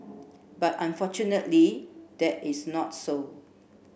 but unfortunately that is not so